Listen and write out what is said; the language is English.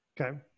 Okay